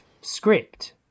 script